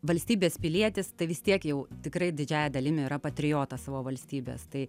valstybės pilietis tai vis tiek jau tikrai didžiąja dalim yra patriotas savo valstybės tai